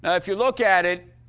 if you look at it,